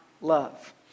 love